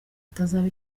atazaba